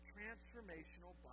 transformational